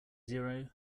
zero